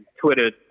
Twitter